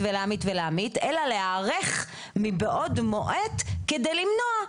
אלא להיערך מבעוד מועד כדי למנוע.